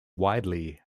widely